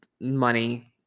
money